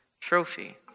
trophy